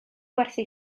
gwerthu